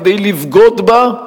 כדי לבגוד בה,